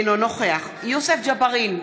אינו נוכח יוסף ג'בארין,